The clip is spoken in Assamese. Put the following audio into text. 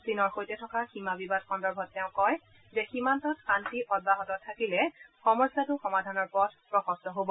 চীনৰ সৈতে থকা সীমা বিবাদ সন্দৰ্ভত তেওঁ কয় যে সীমান্তত শান্তি অব্যাহত থাকিলে সমস্যাটো সমাধানৰ পথ প্ৰশস্ত হ'ব